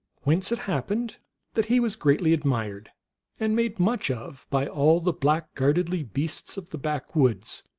whence it happened that he was greatly admired and made much of by all the blackguardly beasts of the back woods,